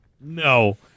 no